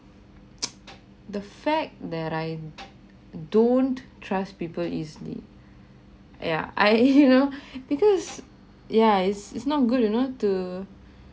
the fact that I don't trust people easily yeah I you know because yeah it's it's not good you know to